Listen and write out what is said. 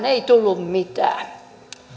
ei tullut mitään